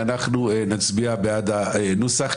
אנחנו נצביע בעד הנוסח,